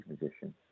musician